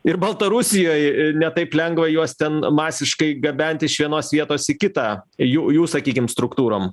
ir baltarusijoj ne taip lengva juos ten masiškai gabent iš vienos vietos į kitą jų jų sakykim struktūrom